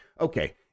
okay